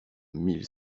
mille